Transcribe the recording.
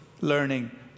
learning